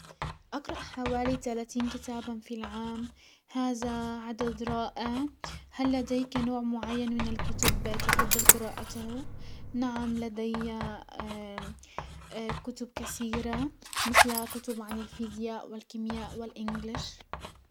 اقرأ حوالي تلاتين كتابا في العام، هزا عدد رائع. هل لديك نوع معين من الكتب تفضل قراءته؟ نعم لدي كتب كسيرة مسل كتب عن الفيزياء والكيمياء والانجلش.